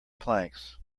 planks